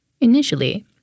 Initially